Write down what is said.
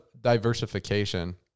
diversification